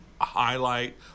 highlight